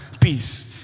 peace